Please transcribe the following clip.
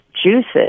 juices